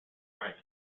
privacy